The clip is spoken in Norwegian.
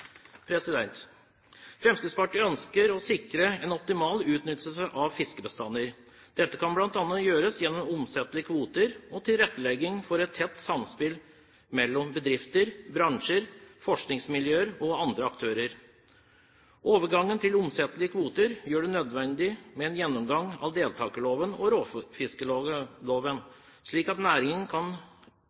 Fremskrittspartiet ønsker å sikre en optimal utnyttelse av fiskebestander. Dette kan bl.a. gjøres gjennom omsettelige kvoter og tilrettelegging for et tett samspill mellom bedrifter, bransjer, forskningsmiljøer og andre aktører. Overgangen til omsettelige kvoter gjør det nødvendig med en gjennomgang av deltakerloven og råfiskloven, slik at næringen